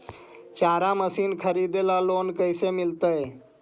चारा मशिन खरीदे ल लोन कैसे मिलतै?